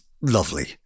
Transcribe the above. lovely